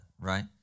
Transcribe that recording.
right